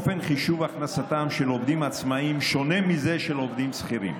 אופן חישוב הכנסתם של עובדים עצמאים שונה מזה של עובדים שכירים.